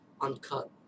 Uncut